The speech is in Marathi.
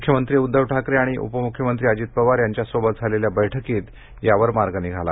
मुख्यमंत्री उद्धव ठाकरे आणि उपमुख्यमंत्री अजित पवार यांच्या सोबत झालेल्या बैठकीत यावर मार्ग निघाला